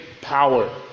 power